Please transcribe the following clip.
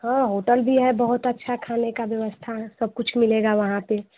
हाँ होटल भी है बहुत अच्छा खाने का व्यवस्था सब कुछ मिलेगा वहाँ पे